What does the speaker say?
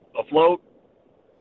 afloat